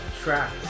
track